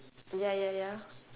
ya ya ya